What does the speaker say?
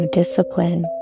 discipline